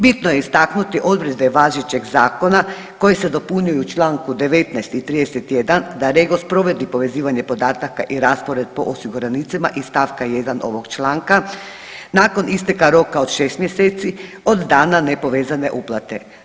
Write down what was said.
Bitno je istaknuti odredbe važećeg zakona koje se dopunjuju u čl. 19 i 31 da REGOS provede povezivanje podataka i raspored po osiguranicima iz st. 1 ovog članka nakon isteka roka od 6 mjeseci od dana nepovezane uplate.